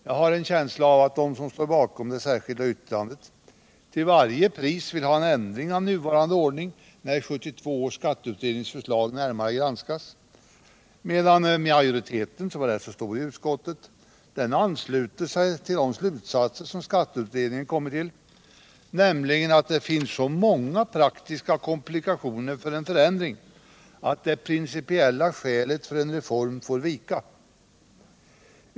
Jag har en känsla av att de som står bakom det särskilda yttrandet till varje pris vill ha en ändring av nuvarande ordning när 1972 års skatteutrednings förslag närmare granskas, medan majoriteten, som var rätt stor, ansluter sig till de slutsatser som skatteutredningen kommit till, nämligen att det finns så många praktiska komplikationer vid en förändring att det principiella skälet för en reform får vika.